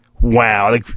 wow